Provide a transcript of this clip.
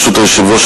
ברשות היושב-ראש,